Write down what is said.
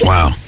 Wow